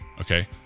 okay